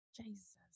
Jesus